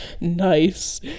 Nice